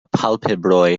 palpebroj